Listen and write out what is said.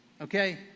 okay